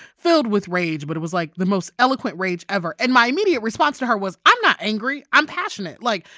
filled with rage. but it was, like, the most eloquent rage ever. and my immediate response to her was, i'm not angry. i'm passionate. like,